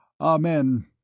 Amen